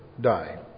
die